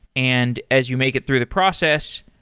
and as you make it through the process,